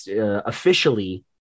officially